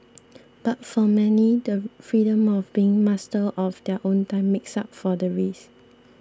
but for many the freedom of being master of their own time makes up for the risk